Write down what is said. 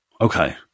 Okay